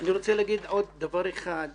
אני רוצה להגיד עוד דבר אחד.